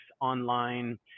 online